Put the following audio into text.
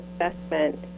assessment